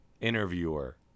interviewer